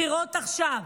בחירות עכשיו.